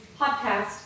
podcast